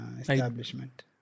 establishment